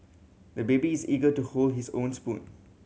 the baby is eager to hold his own spoon